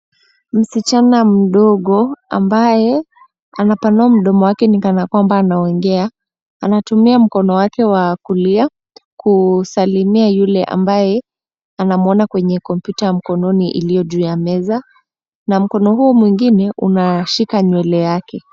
Msichana mdogo ambaye anapanua mdomo ni kama kwamba anaongea anatumia mikono wake wa kulia kusalimia yule ambaye anamwona kwenye kompyuta mkononi iliyo juu ya meza, na mkono huu mwingine unashika nywele yake.